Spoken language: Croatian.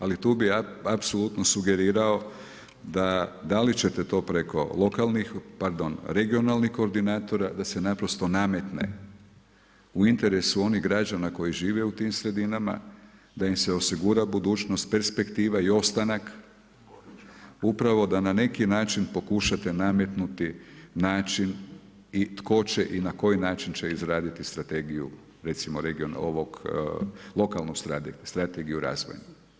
Ali tu bi apsolutno sugerirao da li ćete to preko regionalnih koordinatora da se naprosto nametne u interesu onih građana koji žive u tim sredinama, da im se osigura budućnost, perspektiva i ostanak upravo da na neki način pokušate nametnuti način i tko će i na koji način će izraditi strategiju recimo lokalnu strategiju razvoja.